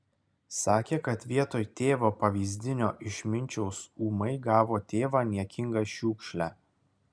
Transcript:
sakė kad vietoj tėvo pavyzdinio išminčiaus ūmai gavo tėvą niekingą šiukšlę